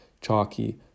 chalky